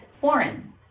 foreign